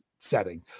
Setting